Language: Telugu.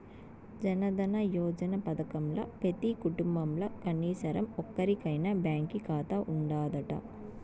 జనదన యోజన పదకంల పెతీ కుటుంబంల కనీసరం ఒక్కోరికైనా బాంకీ కాతా ఉండాదట